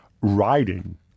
riding